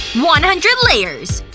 one hundred layers!